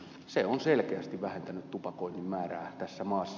se on selkeästi vähentänyt tupakoinnin määrää tässä maassa